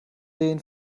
den